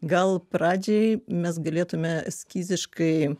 gal pradžiaj mes galėtume eskiziškai